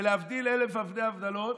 ולהבדיל אלף אלפי הבדלות,